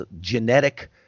genetic